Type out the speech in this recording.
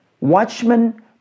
Watchmen